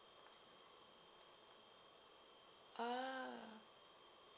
ah